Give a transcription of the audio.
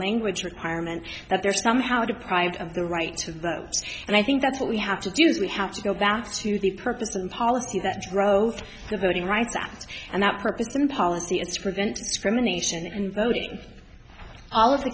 language requirement that they're somehow deprived of the right to vote and i think that's what we have to do is we have to go back to the purpose of the policy that growth the voting rights act and that purpose in policy is to prevent discrimination in voting all of the